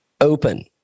Open